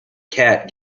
cat